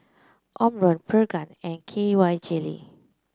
Omron Pregain and K Y Jelly